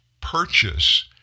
purchase